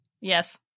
yes